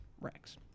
Rex